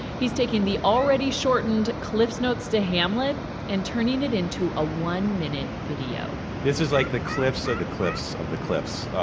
he's taking the already shortened cliffsnotes to hamlet and turning it into a one-minute video this is like the cliffs of the cliffs of the cliffs